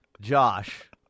Josh